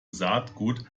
saatgut